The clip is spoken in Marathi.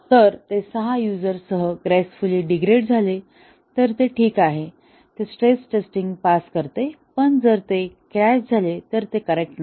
जर ते 6 यूझर सह ग्रेसफुली डिग्रेड झाले तर ते ठीक आहे ते स्ट्रेस टेस्टिंग पास करते पण जर ते क्रॅश झाले तर ते करेक्ट नाही